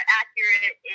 accurate